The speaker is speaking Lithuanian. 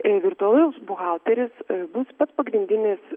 virtualus buhalteris bus pats pagrindinis